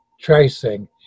tracing